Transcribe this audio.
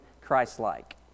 Christ-like